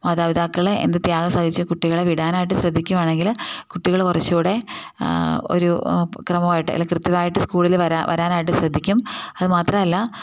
മാതാപിതാക്കൾ എന്ത് ത്യാഗം സഹിച്ചു കുട്ടികളെ വിടാനായിട്ട് ശ്രദ്ധിക്കുകയാണെങ്കിൽ കുട്ടികൾ കുറച്ചു കൂടെ ഒരു ക്രമമായിട്ട് അല്ല കൃത്യമായിട്ട് സ്കൂളിൽ വരാനായിട്ട് ശ്രദ്ധിക്കും അതുമാത്രം അല്ല